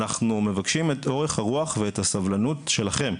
אנחנו מבקשים את אורך הרוח ואת הסבלנות שלכם.